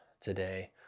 today